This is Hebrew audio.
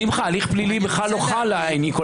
הליך פלילי בכלל לא חל.